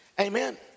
Amen